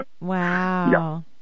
Wow